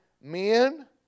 men